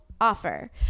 offer